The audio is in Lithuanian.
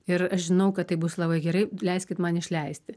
ir aš žinau kad tai bus labai gerai leiskit man išleisti